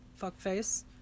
fuckface